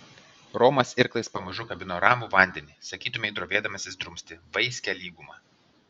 romas irklais pamažu kabino ramų vandenį sakytumei drovėdamasis drumsti vaiskią lygumą